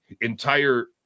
Entire